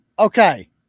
Okay